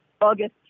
August